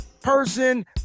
person